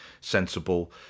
sensible